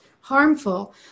harmful